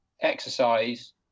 exercise